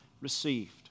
received